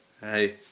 Hey